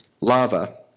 lava